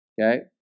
Okay